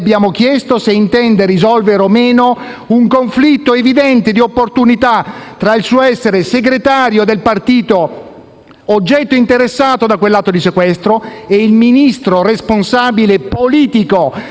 e se intenda risolvere o meno un conflitto evidente di opportunità tra il suo essere segretario del partito oggetto interessato da quell'atto di sequestro e il Ministro responsabile politico della